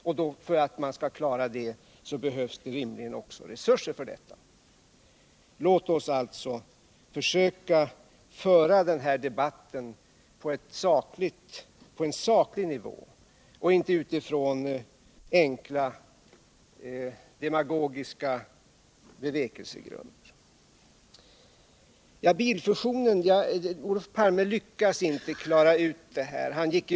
Och för att klara det behövs det rimligen också resurser. Låt oss alltså försöka föra den här debatten på en saklig nivå, inte utifrån enkla demagogiska bevekelsegrunder. Men sedan lyckades Olof Palme inte klara ut frågan om bilfusionen.